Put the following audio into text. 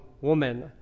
woman